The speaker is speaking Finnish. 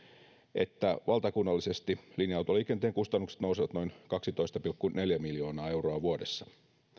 että valtakunnallisesti linja autoliikenteen kustannukset nousevat noin kaksitoista pilkku neljä miljoonaa euroa vuodessa